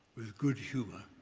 good humour.